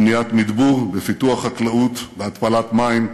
במניעת מדבור, בפיתוח חקלאות, בהתפלת מים,